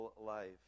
Life